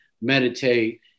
meditate